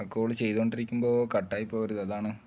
ആ കോൾ ചെയ്ത് കൊണ്ടിരിക്കുമ്പോൾ കട്ടായി പോകരുത് അതാണ്